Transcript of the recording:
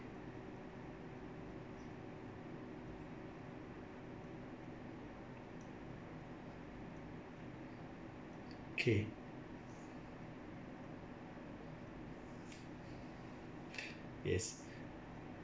okay yes